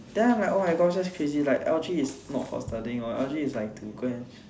then I am like oh my gosh that's crazy like L_G is not for studying one L_G is like to go and